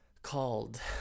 called